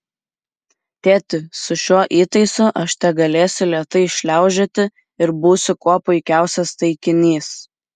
tėti su šiuo įtaisu aš tegalėsiu lėtai šliaužioti ir būsiu kuo puikiausias taikinys